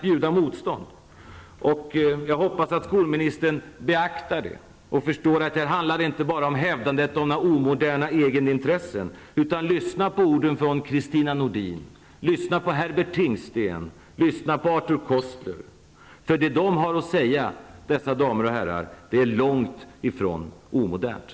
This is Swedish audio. Jag hoppas att skolministern beaktar det och förstår att det inte bara handlar om hävdandet av några omoderna egenintressen. Jag hoppas att skolministern lyssnar på orden från Kristina Nordin, att hon lyssnar på Herbert Tingsten och att hon lyssnar på Arthur Koestler. Det dessa damer och herrar har att säga är nämligen långt ifrån omodernt.